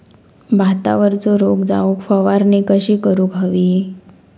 भातावरचो रोग जाऊक फवारणी कशी करूक हवी?